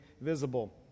visible